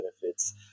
benefits